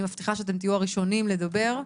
אני מבטיחה שאתם תהיו הראשונים לדבר.